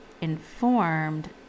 informed